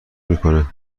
میکنه